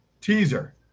teaser